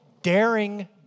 Daring